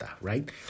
right